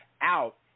out